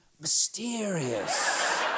mysterious